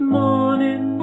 morning